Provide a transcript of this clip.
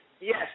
Yes